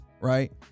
right